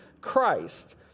Christ